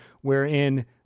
wherein